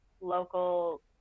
local